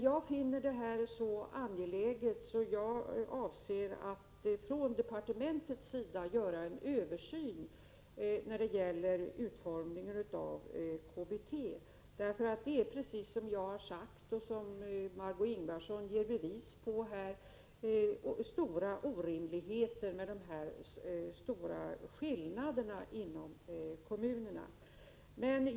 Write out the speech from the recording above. Jag finner emellertid detta så angeläget att jag avser att från departementets sida göra en översyn av utformningen av KBT. Det är, som jag har sagt och som Marg6ö Ingvardsson ger bevis för här, orimligt med dessa stora skillnader mellan kommunerna.